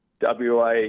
WA